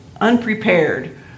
unprepared